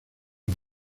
las